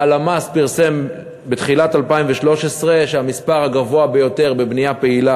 והלמ"ס פרסם בתחילת 2013 שהמספר הגדול ביותר בבנייה פעילה,